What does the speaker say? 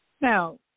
Now